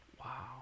Wow